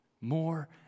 more